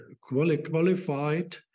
qualified